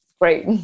great